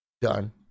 done